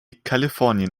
kalifornien